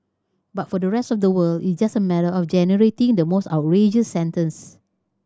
but for the rest of the world it's just a matter of generating the most outrageous sentence